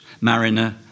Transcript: Mariner